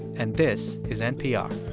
and this is npr